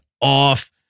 off